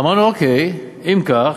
אמרנו: אוקיי, אם כך,